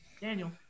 Daniel